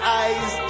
eyes